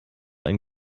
ein